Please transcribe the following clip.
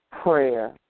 prayer